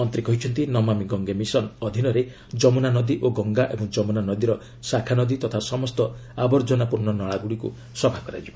ମନ୍ତ୍ରୀ କହିଛନ୍ତି 'ନମାମି ଗଙ୍ଗେ ମିଶନ' ଅଧୀନରେ ଯମୁନା ନଦୀ ଓ ଗଙ୍ଗା ଏବଂ ଯମୁନା ନଦୀର ଶାଖା ନଦୀ ତଥା ସମସ୍ତ ଆବର୍ଜନାପ୍ରର୍ଣ୍ଣ ନାଳଗୁଡ଼ିକୁ ସଫା କରାଯିବ